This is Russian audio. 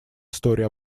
истории